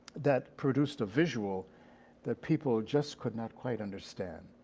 that produced a visual that people just could not quite understand.